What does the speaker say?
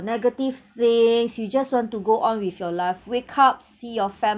negative things you just want to go on with your life wake up see your